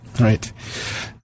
Right